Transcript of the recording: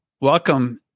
welcome